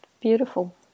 beautiful